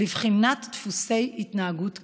לבחינת דפוסי התנהגות קיימים.